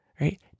Right